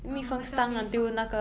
orh 那个蜜蜂